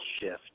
shift